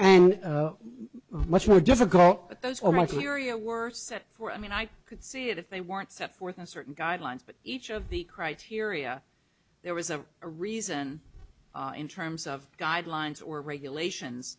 and much more difficult but those were my theory a worse set for i mean i could see it if they weren't set forth in certain guidelines but each of the criteria there was a a reason in terms of guidelines or regulations